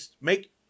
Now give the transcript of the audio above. make